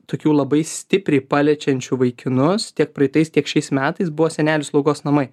tokių labai stipriai paliečiančių vaikinus tiek praeitais tiek šiais metais buvo senelių slaugos namai